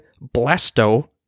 Blasto